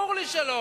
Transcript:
ברור לי שלא.